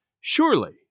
Surely